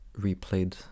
replayed